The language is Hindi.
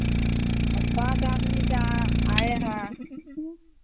हम पाँच आदमी से आ आये हैं